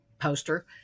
poster